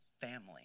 family